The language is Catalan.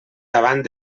davant